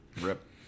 rip